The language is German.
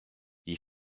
die